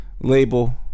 label